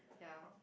ya